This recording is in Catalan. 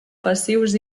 passius